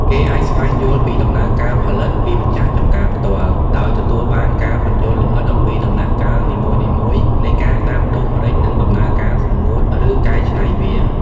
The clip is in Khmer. គេអាចស្វែងយល់ពីដំណើរការផលិត ពីម្ចាស់ចម្ការផ្ទាល់ ដោយទទួលបានការពន្យល់លម្អិតអំពីដំណាក់កាលនីមួយៗនៃការដាំដុះម្រេច និងដំណើរការសម្ងួត ឬកែច្នៃវា ។